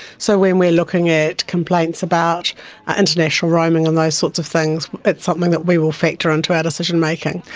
so when we are looking at complaints about international roaming and those sorts of things, it's something that we will factor into our decision-making.